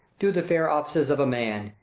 do the fair offices of a man!